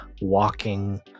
walking